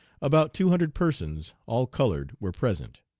about two hundred persons, all colored, were present.